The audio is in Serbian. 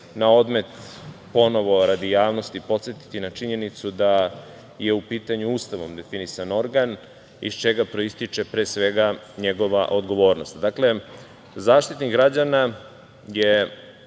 na odmet ponovo, radi javnosti, podsetiti na činjenicu da je u pitanju Ustavom definisan organ iz čega proističe njegova odgovornost. Dakle, Zaštitnik građana je,